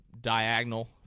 diagonal